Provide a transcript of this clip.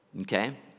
Okay